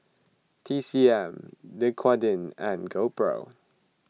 T C M Dequadin and GoPro